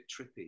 trippy